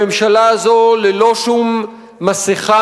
הממשלה הזאת, ללא שום מסכה,